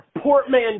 Portman